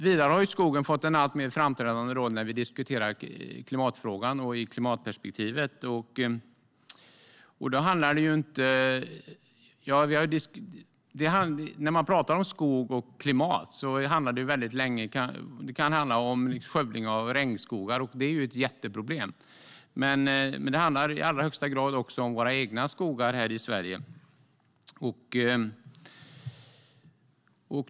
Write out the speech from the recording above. Vidare har skogen fått en alltmer framträdande roll när vi diskuterar klimatfrågan och i klimatperspektivet. När man pratar om skog och klimat kan det handla om skövling av regnskogar, som är ett jätteproblem. Men det handlar i allra högsta grad också om våra egna skogar här i Sverige.